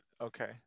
Okay